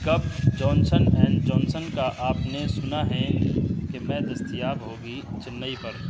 کب Johnson and Johnson کا آپ نے سنا ہیں کہ میں دستیاب ہوگی چنئی پر